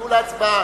לניהול ההצבעה.